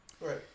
Right